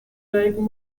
melken